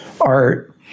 art